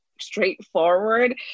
straightforward